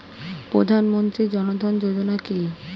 প্রধানমন্ত্রী জনধন যোজনা কি?